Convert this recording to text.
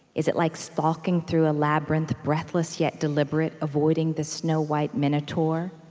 is it like stalking through a labyrinth, breathless yet deliberate, avoiding the snow-white minotaur?